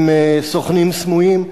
עם סוכנים סמויים,